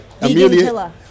Amelia